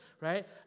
right